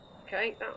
Okay